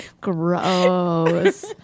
gross